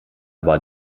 war